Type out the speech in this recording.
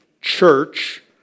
church